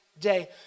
day